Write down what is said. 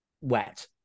wet